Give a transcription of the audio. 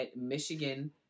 Michigan